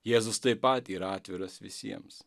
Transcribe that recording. jėzus taip pat yra atviras visiems